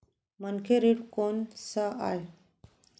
मनखे ऋण कोन स आय?